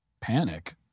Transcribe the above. panic